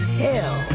hell